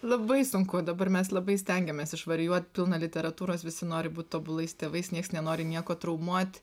labai sunku dabar mes labai stengiamės išvarijuot pilna literatūros visi nori būt tobulais tėvais nieks nenori nieko traumuot